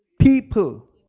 people